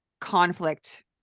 conflict